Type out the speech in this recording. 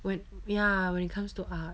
when ya when it comes to art